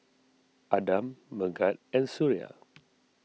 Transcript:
Adam Megat and Suria